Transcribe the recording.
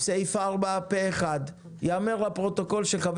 הצבעה בעד, פה אחד סעיף 4 אושר.